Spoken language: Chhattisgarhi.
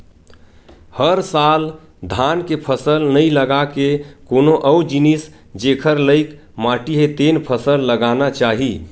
हर साल धान के फसल नइ लगा के कोनो अउ जिनिस जेखर लइक माटी हे तेन फसल लगाना चाही